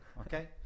Okay